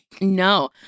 No